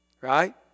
Right